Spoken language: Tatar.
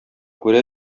күрә